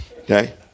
okay